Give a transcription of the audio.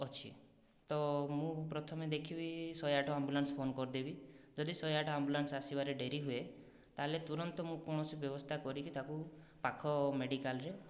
ଅଛି ତ ମୁଁ ପ୍ରଥମେ ଦେଖିବି ଶହେ ଆଠ ଆମ୍ବୁଲାନ୍ସ ଫୋନ କରିଦେବି ଯଦି ଶହେ ଆଠ ଆମ୍ବୁଲାନ୍ସ ଆସିବାରେ ଡେରି ହୁଏ ତାହେଲେ ତୁରନ୍ତ ମୁଁ କୌଣସି ବ୍ୟବସ୍ଥା କରିକି ତାକୁ ପାଖ ମେଡ଼ିକାଲରେ